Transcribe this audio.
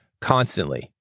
Constantly